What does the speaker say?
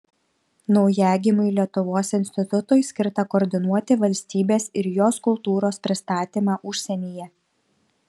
naujagimiui lietuvos institutui skirta koordinuoti valstybės ir jos kultūros pristatymą užsienyje